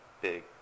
big